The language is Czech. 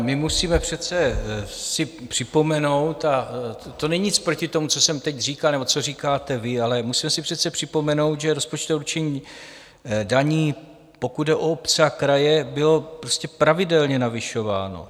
My musíme přece si připomenout, a to není nic proti tomu, co jsem teď říkal nebo co říkáte vy, ale musíme si přece připomenout, že rozpočtové určení daní, pokud jde o obce a kraje, bylo prostě pravidelně navyšováno.